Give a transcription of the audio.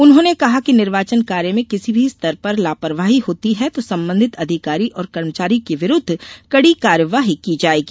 उन्होंने कहा कि निर्वाचन कार्य में किसी भी स्तर पर लापरवाही होती है तो संबंधित अधिकारी और कर्मचारियों के विरूद्व कड़ी कार्यवाही की जायेगी